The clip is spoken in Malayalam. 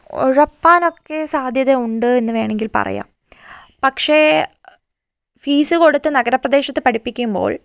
ഉഴപ്പാനൊക്കെ സാധ്യതയുണ്ട് എന്ന് വേണമെങ്കിൽ പറയാം പക്ഷേ ഫീസ് കൊടുത്ത് നഗരപ്രദേശത്ത് പഠിപ്പിക്കുമ്പോൾ